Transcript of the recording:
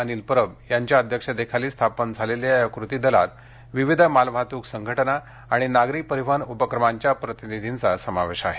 अनिल परब यांच्या अध्यक्षतेखाली स्थापन झालेल्या या कृती दलात विविध माल वाहतूक संघटना आणि नागरी परिवहन उपक्रमांच्या प्रतिनिधींचा समावेश आहे